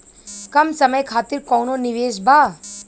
कम समय खातिर कौनो निवेश बा?